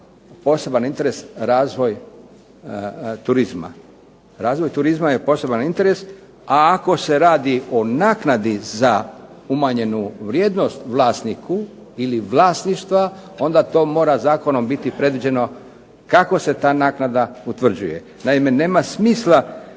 poseban interes razvoj turizma. Razvoj turizma je poseban interes a ako se radi o naknadi za umanjenu vrijednost vlasniku ili vlasništva onda to mora zakonom biti predviđeno kako se ta naknada utvrđuje. Naime, nema smisla